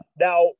Now